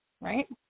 right